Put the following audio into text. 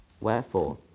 Wherefore